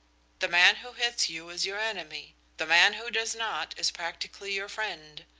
the man who hits you is your enemy. the man who does not is practically your friend.